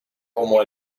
como